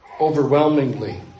Overwhelmingly